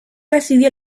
recibió